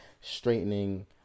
straightening